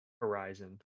Horizon